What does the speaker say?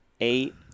eight